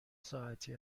ساعتی